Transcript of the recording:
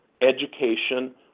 education